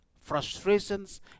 frustrations